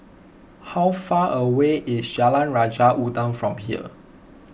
how far away is Jalan Raja Udang from here